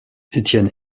étienne